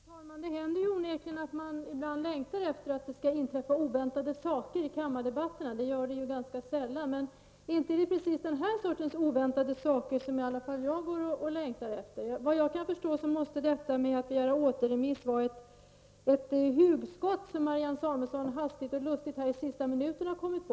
Herr talman! Det händer onekligen ibland att man längtar efter att det skall inträffa oväntade saker i kammardebatten. Det gör det ju ganska sällan. Men det är inte precis den här sortens oväntade saker som jag går och längtar efter. Vad jag förstår måste detta med att begära återremiss vara ett hugskott som Marianne Samuelsson hastigt och lustigt i sista minuten kommit på.